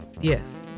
Yes